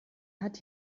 hat